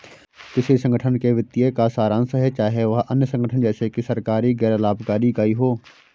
किसी संगठन के वित्तीय का सारांश है चाहे वह अन्य संगठन जैसे कि सरकारी गैर लाभकारी इकाई हो